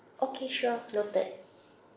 okay sure noted